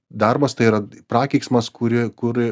darbas tai yra prakeiksmas kur kur